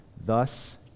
Thus